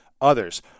others